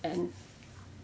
and